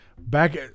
back